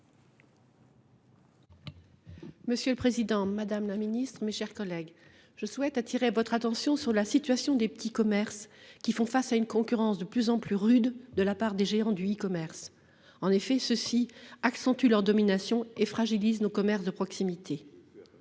sociale et solidaire. Madame la ministre, je souhaite attirer votre attention sur la situation des petits commerces, qui font face à une concurrence de plus en plus rude de la part des géants du e commerce, lesquels accentuent leur domination et fragilisent nos commerces de proximité.